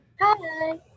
Hi